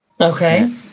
Okay